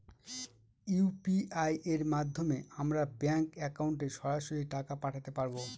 UPI এর মাধ্যমে আমরা ব্যাঙ্ক একাউন্টে সরাসরি টাকা পাঠাতে পারবো?